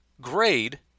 grade